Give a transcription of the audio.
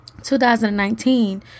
2019